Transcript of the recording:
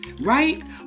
Right